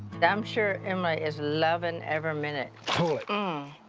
i'm sure emily is lovin' every minute. pull it! umm,